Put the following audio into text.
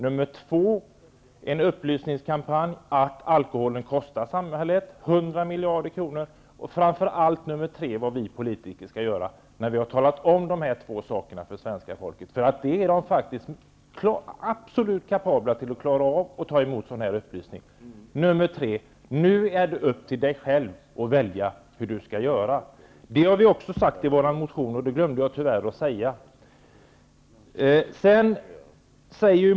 För det andra genom en upplysningskampanj om att alkoholen kostar samhället 100 miljarder kronor. För det tredje skall vi politiker framför allt, när vi har talat om de här två sakerna för svenska folket, säga till dem -- de är nämligen absolut kapabla att klara av att ta emot en sådan upplysning -- att det nu är upp till dem själva att välja hur de skall göra. Vi har också i vår motion sagt detta. Det glömde jag tyvärr att påpeka.